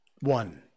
one